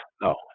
No